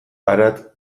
harat